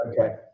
Okay